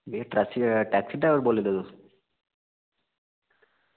भइया एह् ट्रैफिक आह्ले बोल्ला दे तुस